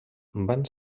van